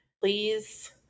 Please